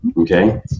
Okay